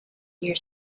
near